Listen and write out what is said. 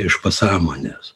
iš pasąmonės